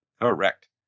Correct